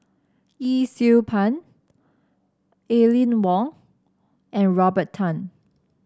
Yee Siew Pun Aline Wong and Robert Tan